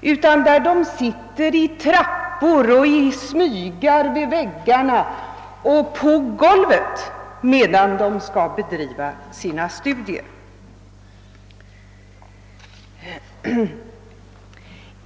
utan de får slå sig ned'i trappor och i smygar vid väggarna samt på golvet, när de skall bedriva studier.